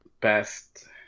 Best